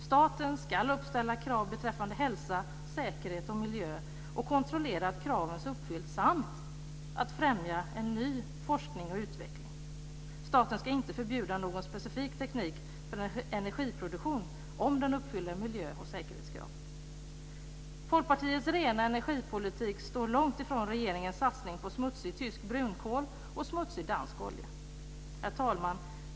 Staten ska uppställa krav beträffande hälsa, säkerhet och miljö och kontrollera att kraven uppfylls, samt att främja en ny forskning och utveckling. Staten ska inte förbjuda någon specifik teknik för en energiproduktion om den uppfyller miljö och säkerhetskrav. Folkpartiets rena energipolitik står långt ifrån regeringens satsning på smutsig tysk brunkol och smutsig dansk olja. Herr talman!